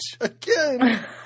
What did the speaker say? Again